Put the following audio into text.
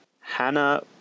Hannah